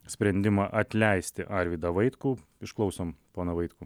sprendimą atleisti arvydą vaitkų išklausom poną vaitkų